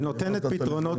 היא נותנת פתרונות